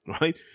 right